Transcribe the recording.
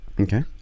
Okay